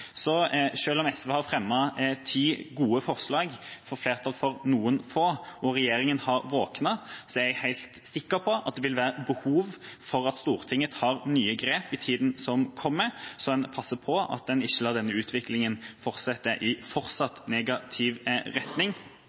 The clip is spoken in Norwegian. om SV har fremmet ti gode forslag, får flertall for noen få og regjeringa har våknet, er jeg helt sikker på at det vil være behov for at Stortinget tar nye grep i tida som kommer, så en passer på at en ikke lar denne utviklingen fortsette i negativ retning.